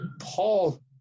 Paul